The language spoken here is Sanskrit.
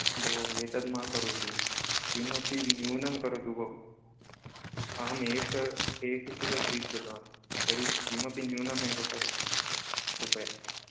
भोः एतद् मा करोतु किमपि न्यूनं करोतु भोः अहमेकम् एकं किलो स्वीकृतवान् तर्हि किमपि न्यूनमेव करोतु कृपया